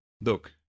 look